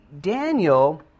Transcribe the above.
Daniel